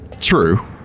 true